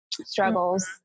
struggles